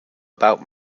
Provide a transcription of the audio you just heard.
about